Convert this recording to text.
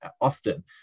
often